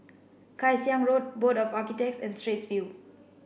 Kay Siang Road Board of Architects and Straits View